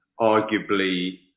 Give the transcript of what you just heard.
arguably